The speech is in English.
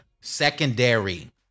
secondary